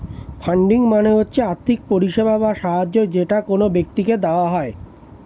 funding মানে হচ্ছে আর্থিক পরিষেবা বা সাহায্য যেটা কোন ব্যক্তিকে দেওয়া হয়